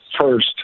first